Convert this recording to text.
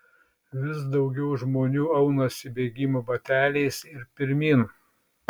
vis daugiau žmonių aunasi bėgimo bateliais ir pirmyn